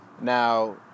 Now